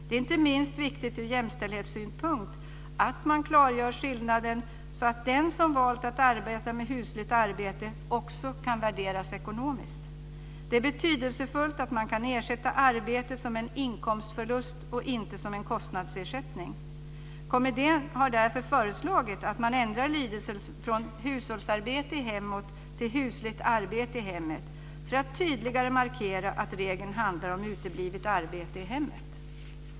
Det är inte minst viktigt ur jämställdhetssynpunkt att man klargör skillnaden, så att den som valt att arbeta med husligt arbete också kan värderas ekonomiskt. Det är betydelsefullt att man kan ersätta arbete som en inkomstförlust och inte som en kostnadsersättning. Kommittén har därför föreslagit att man ändrar lydelsen från "hushållsarbete i hemmet" till "husligt arbete i hemmet" för att tydligare markera att regeln handlar om uteblivet arbete i hemmet.